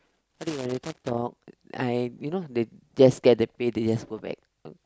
what do you little talk I you know they just get the pay they just go back